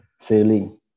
sailing